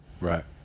right